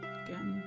again